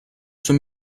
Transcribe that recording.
sua